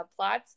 subplots